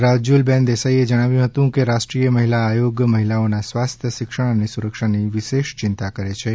રાજુલબેન દેસાઇએ જણાવ્યું હતુ કે રાષ્ટ્રીય મહિલા આયોગ મહિલઓના સ્વાસ્થ્ય શિક્ષણ અને સુરક્ષાની વિશેષ યિંતા કરેછે